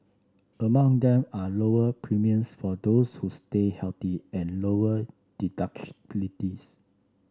among them are lower premiums for those who stay healthy and lower